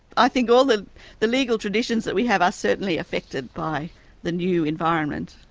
i think all the the legal traditions that we have are certainly affected by the new environment.